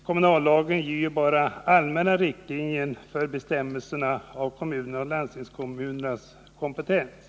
Kommunallagen ger ju bara allmänna riktlinjer för bestämningen av kommunernas och landstingskommunernas kompetens.